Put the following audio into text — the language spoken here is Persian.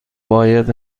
باید